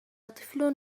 طفل